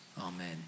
Amen